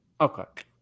Okay